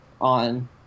on